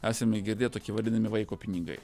esame girdėję toki vadinami vaiko pinigai